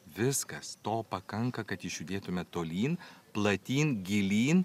viskas to pakanka kad išjudėtume tolyn platyn gilyn